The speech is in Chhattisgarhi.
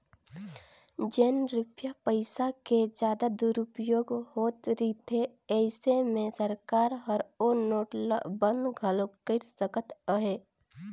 जेन रूपिया पइसा के जादा दुरूपयोग होत रिथे अइसे में सरकार हर ओ नोट ल बंद घलो कइर सकत अहे